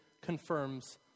confirms